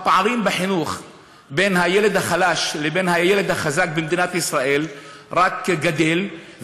הפערים בחינוך בין ילד חלש לבין ילד חזק במדינת ישראל רק גדלים,